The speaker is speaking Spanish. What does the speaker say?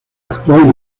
actual